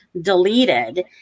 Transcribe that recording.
deleted